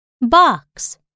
Box